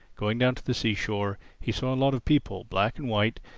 going down to the seashore, he saw a lot of people, black and white,